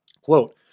quote